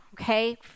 okay